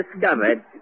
discovered